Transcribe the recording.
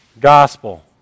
gospel